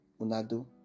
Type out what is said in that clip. Unado